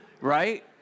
Right